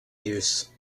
use